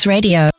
Radio